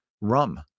Rum